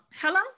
Hello